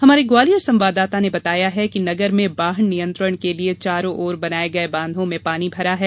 हमारे ग्वालियर संवाददाता ने बताया है कि नगर में बाढ़ निंयत्रण के लिये चारों ओर बनाये गये बांधों में पानी भरा है